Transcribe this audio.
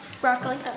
Broccoli